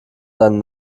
seinem